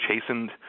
chastened